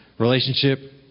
relationship